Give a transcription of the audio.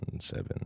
seven